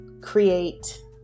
create